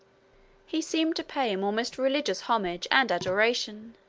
he seemed to pay him almost religious homage and adoration.